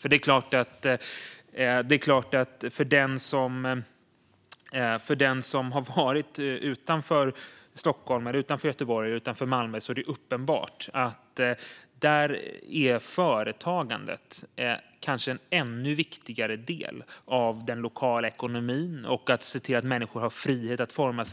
För den som har varit utanför Stockholm, Göteborg och Malmö är det uppenbart att företagandet är en kanske ännu viktigare del av den lokala ekonomin där. Det ger människor frihet att forma